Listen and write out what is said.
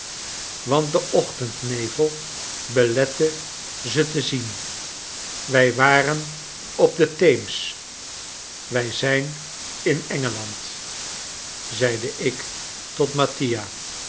want de ochtendnevel belette ze te zien wij waren op de theems wij zijn in engeland zeide ik tot mattia